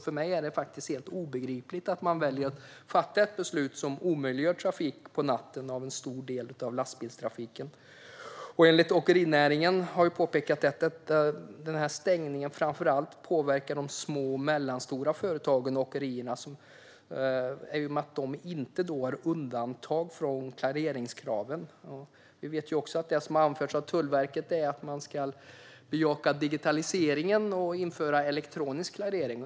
För mig är det helt obegripligt att man väljer att fatta ett beslut som omöjliggör trafik på natten för en stor del av lastbilstrafiken. Åkerinäringen har påpekat att stängningen framför allt kommer att påverka de små och medelstora åkerierna, eftersom de inte har undantag från klareringskraven. Tullverket har också anfört att man ska bejaka digitaliseringen och införa elektronisk klarering.